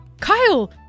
Kyle